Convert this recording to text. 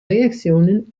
reaktionen